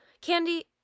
candy